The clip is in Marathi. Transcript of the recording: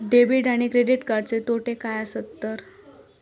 डेबिट आणि क्रेडिट कार्डचे तोटे काय आसत तर?